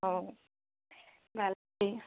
অঁ ভালেই